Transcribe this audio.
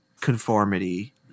conformity